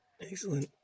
Excellent